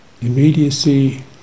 immediacy